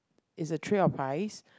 is the tree uprise